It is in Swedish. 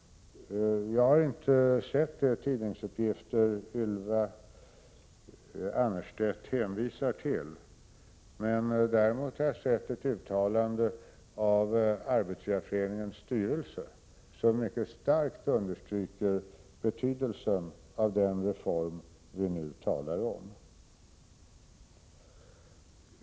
Jag har inte sett de tidningsuppgifter som Ylva Annerstedt hänvisar till. Däremot har jag sett ett uttalande av Arbetsgivareföreningens styrelse, som mycket starkt understryker betydelsen av den reform som vi nu talar om.